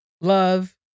love